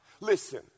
Listen